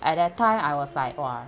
at that time I was like !wah!